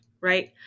right